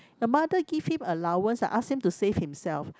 the mother give him allowance ask him to save himself